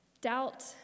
Doubt